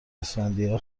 اسفندیار